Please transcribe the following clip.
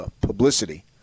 publicity